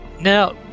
Now